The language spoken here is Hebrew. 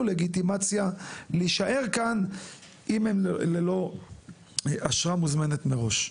לגיטימציה להישאר כאן אם הם לא עם אשרה מוזמנת מראש.